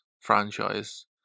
franchise